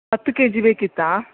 ಹತ್ತು K G ಬೇಕಿತ್ತಾ